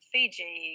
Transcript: Fiji